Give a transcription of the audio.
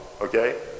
okay